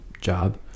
job